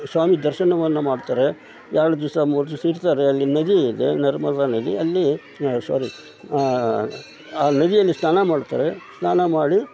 ಸ್ವಾಮಿ ದರ್ಶನವನ್ನು ಮಾಡ್ತಾರೆ ಎರಡು ದಿವಸ ಮೂರು ದಿವಸ ಇರ್ತಾರೆ ಅಲ್ಲಿ ನದಿಯಿದೆ ನರ್ಮದಾ ನದಿ ಅಲ್ಲಿ ಸಾರಿ ಆ ಆ ನದಿಯಲ್ಲಿ ಸ್ನಾನ ಮಾಡ್ತಾರೆ ಸ್ನಾನ ಮಾಡಿ